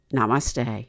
Namaste